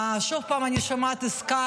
שוב פעם אני שומעת על עסקה